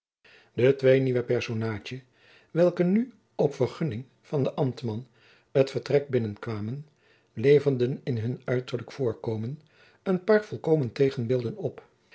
de twee nieuwe personaadjen welke nu op vergunning van den ambtman het vertrek binnenkwamen leverden in hun uiterlijk voorkomen een paar volkomen tegenbeelden op